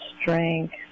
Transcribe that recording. strength